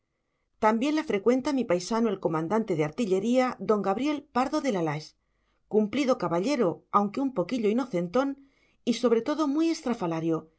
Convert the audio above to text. también la frecuenta mi paisano el comandante de artillería don gabriel pardo de la lage cumplido caballero aunque un poquillo inocentón y sobre todo muy estrafalario